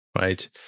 right